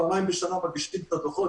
פעמיים בשנה מגישים את הדוחות.